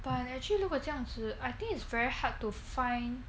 but actually 如果这样子 I think it's very hard to find